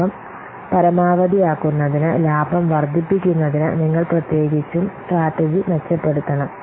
ലാഭം പരമാവധിയാക്കുന്നതിന് ലാഭം വർദ്ധിപ്പിക്കുന്നതിന് നിങ്ങൾ പ്രത്യേകിച്ചും സ്ട്രാറ്റജി മെച്ചപ്പെടുത്തണം